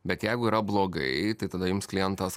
bet jeigu yra blogai tai tada jums klientas